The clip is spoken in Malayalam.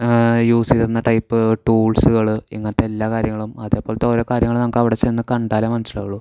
യൂസ് ചെയ്തിരുന്ന ടൈപ്പ് ടൂൾസ്കൾ ഇങ്ങനെത്തെ എല്ലാ കാര്യങ്ങളും അതേപോലത്തെ ഓരോ കാര്യങ്ങൾ നമുക്ക് അവിടെച്ചെന്ന് കണ്ടാലേ മനസ്സിലാവുള്ളൂ